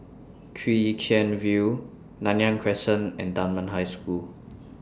Chwee Chian View Nanyang Crescent and Dunman High School